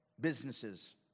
businesses